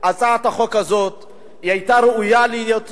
הצעת החוק הזאת היתה ראויה להיות נידונה.